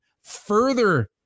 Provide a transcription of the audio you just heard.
further